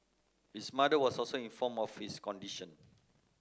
his mother was also informed of his condition